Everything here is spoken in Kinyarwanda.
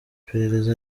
iperereza